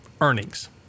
earnings